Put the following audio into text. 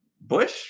Bush